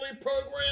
program